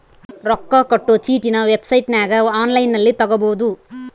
ರೊಕ್ಕ ಕಟ್ಟೊ ಚೀಟಿನ ವೆಬ್ಸೈಟನಗ ಒನ್ಲೈನ್ನಲ್ಲಿ ತಗಬೊದು